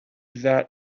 that